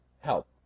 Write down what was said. help